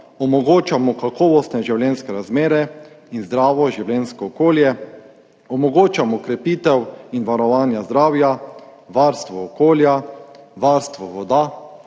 omogočamo kakovostne življenjske razmere in zdravo življenjsko okolje, omogočamo krepitev in varovanje zdravja, varstvo okolja, varstvo voda,